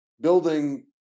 building